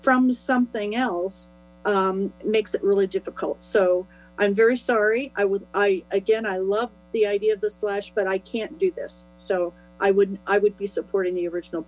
from something else makes it really difficult so i'm very sorry i would i again i love the idea of the slash but i can't do this so i wouldn't i would be supporting the original